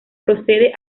procede